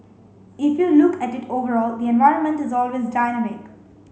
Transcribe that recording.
if you look at it overall the environment is always dynamic